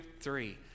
three